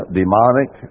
demonic